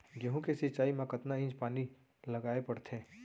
गेहूँ के सिंचाई मा कतना इंच पानी लगाए पड़थे?